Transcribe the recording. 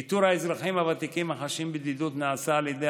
איתור האזרחים הוותיקים החשים בדידות נעשה על ידי